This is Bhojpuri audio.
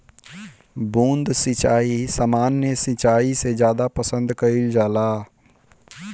बूंद सिंचाई सामान्य सिंचाई से ज्यादा पसंद कईल जाला